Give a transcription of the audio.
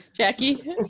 Jackie